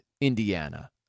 Indiana